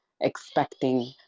expecting